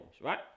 right